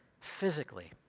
physically